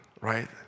right